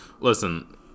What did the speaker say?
Listen